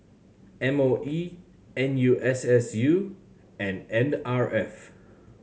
M O E N U S S U and N R F